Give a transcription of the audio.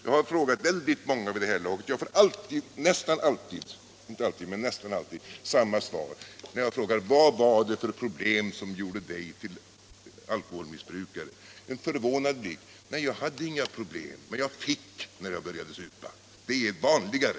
Jag har vid det här laget frågat väldigt många: Vad var det för problem som gjorde dig till alkoholmissbrukare? Och jag får nästan alltid en förvånad blick och samma svar: Nej, jag hade inga problem, men jag fick när jag började supa. Det är vanligare.